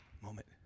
moment